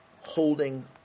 holding